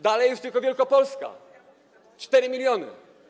Dalej jest tylko Wielkopolska - 4 mln.